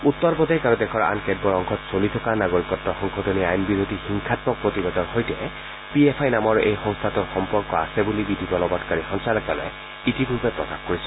উত্তৰ প্ৰদেশ আৰু দেশৰ আন কেতবোৰ অংশত চলি থকা নাগৰিকত্ব সংশোধনী আইন বিৰোধী হিংসাম্মক প্ৰতিবাদৰ সৈতে পিএফআই নামৰ এই সংস্থাটোৰ সম্পৰ্ক আছে বুলি বিধিবলৰৎকাৰী সঞ্চালকালয়ে ইতিপূৰ্বে প্ৰকাশ কৰিছিল